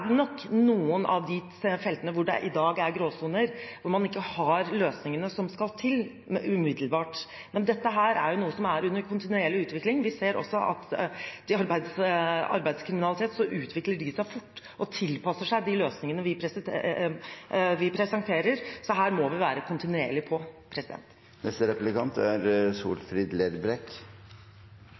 nok noen av de feltene hvor det i dag er gråsoner, der man ikke umiddelbart har løsningene som skal til. Men dette er noe som er under kontinuerlig utvikling. Vi ser også at det innen arbeidskriminalitet utvikler seg fort, og at man tilpasser seg de løsningene vi presenterer, så her må vi være kontinuerlig på. Talet på ungdomar som søkjer seg til bl.a. byggfag i Oslo-området, er